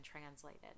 translated